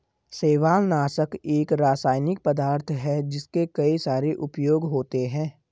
शैवालनाशक एक रासायनिक पदार्थ है जिसके कई सारे उपयोग होते हैं